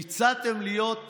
והצעתם להן להיות